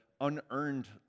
unearned